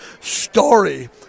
story